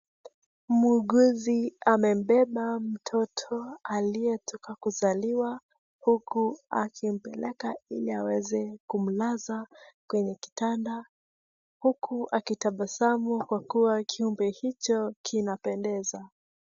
MMuuguzi amembeba mtoto aliyetoka kuzaliwa huku akimpeleka ili aweze kumlaza kwenye kitanda huku akitabasamu kwa kuwa kiumbe hicho kinapendeza.